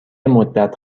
مدت